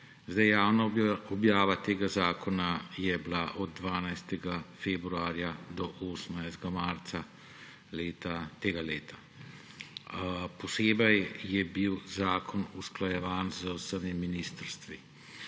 naprej. Javna objava tega zakona je bila od 12. februarja do 18. marca tega leta. Posebej je bil zakon usklajevan z vsemi ministrstvi.